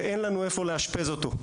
שאין לנו איפה לאשפז אותו,